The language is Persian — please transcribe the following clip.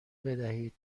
بدهید